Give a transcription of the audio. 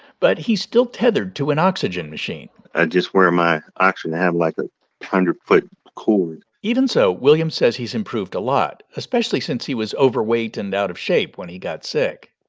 but he's still tethered to an oxygen machine i just wear my oxygen. i have, like, a hundred-foot cord even so, williams says he's improved a lot, especially since he was overweight and out of shape when he got sick.